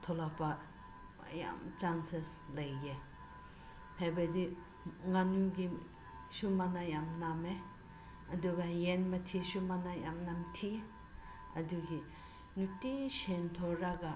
ꯊꯣꯛꯂꯛꯄ ꯃꯌꯥꯝ ꯆꯥꯟꯁꯦꯁ ꯂꯩꯌꯦ ꯍꯥꯏꯕꯗꯤ ꯉꯥꯅꯨꯒꯤꯁꯨ ꯃꯅꯝ ꯌꯥꯝ ꯅꯝꯃꯦ ꯑꯗꯨꯒ ꯌꯦꯟ ꯃꯊꯤꯁꯨ ꯃꯅꯝ ꯌꯥꯝ ꯅꯝꯊꯤ ꯑꯗꯨꯒꯤ ꯅꯨꯡꯇꯤ ꯁꯦꯡꯗꯣꯛꯂꯒ